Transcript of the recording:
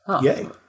yay